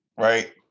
right